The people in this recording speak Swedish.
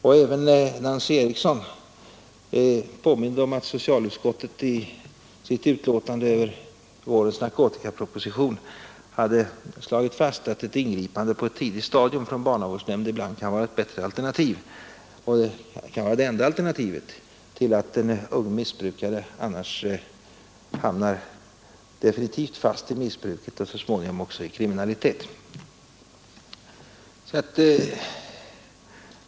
Och även Nancy Eriksson påminde om att socialutskottet i sitt betänkande över vårens narkotikaproposition hade slagit fast att ett ingripande på ett tidigt stadium från barnavårdsnämnden ibland kan vara det enda alternativet till att en ung missbrukare hamnar definitivt fast i missbruket och så småningom också i kriminalitet.